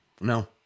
No